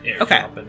Okay